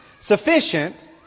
sufficient